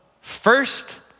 first